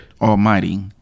Almighty